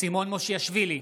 סימון מושיאשוילי,